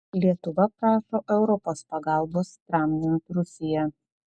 lietuva prašo europos pagalbos tramdant rusiją